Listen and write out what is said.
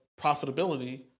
profitability